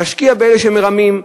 נשקיע באלה שמרמים,